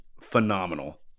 phenomenal